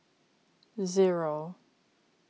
zero